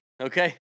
okay